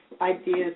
ideas